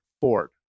Ford